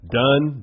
done